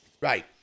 Right